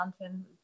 mountain